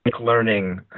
learning